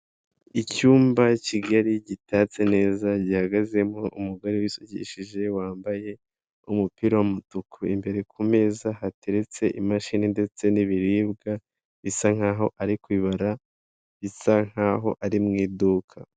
Icyumba kigari gitatse neza, gihagazemo umugore wisukishije wambaye umupira w'umutuku, imbere ku meza hateretse imashini ndetse n'ibiribwa bisa nkaho ari kubibara, bisa nkaho ari mu iduka.